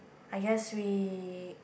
I guess we